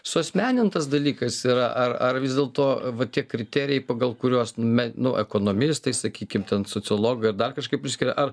suasmenintas dalykas yra ar ar vis dėlto va tie kriterijai pagal kuriuos nu me nu ekonomistai sakykim ten sociologai ar dar kažkaip priskiria ar